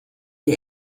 der